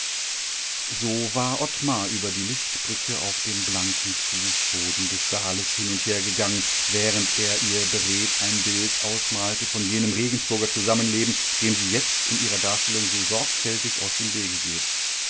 so war ottmar über die lichtbrücke auf dem blanken fußboden des saales hin und her gegangen während er ihr beredt ein bild ausmalte von jenem regensburger zusammenleben dem sie jetzt in ihrer darstellung so sorgfältig aus dem wege geht